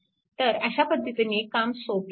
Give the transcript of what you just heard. तर अशा पद्धतीने काम सोपे होते